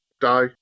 die